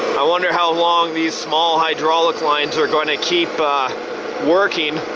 i wonder how long these small hydraulic lines are gonna keep working.